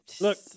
Look